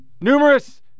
numerous